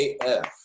af